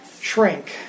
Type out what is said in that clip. shrink